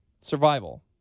Survival